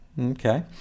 Okay